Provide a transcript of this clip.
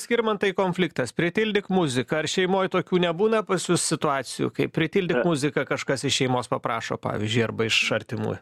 skirmantai konfliktas pritildyk muziką ar šeimoj tokių nebūna pas jus situacijų kai pritildyk muziką kažkas iš šeimos paprašo pavyzdžiui arba iš artimųjų